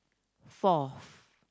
fourth